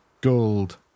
gold